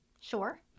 Sure